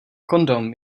kondom